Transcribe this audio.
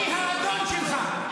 אני האדון שלך.